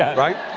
right?